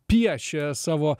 piešė savo